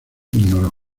ignoró